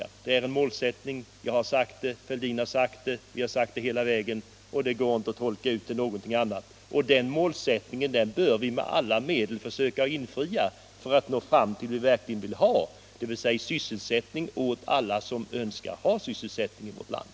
Vi vill ha en målsättning — herr Fälldin har sagt det, jag har sagt det. Det går inte att tolka in någonting annat i våra uttalanden. Det mål som vi har satt upp bör vi med alla medel försöka uppnå om vi skall kunna ge sysselsättning åt alla i vårt land som önskar ha sysselsättning.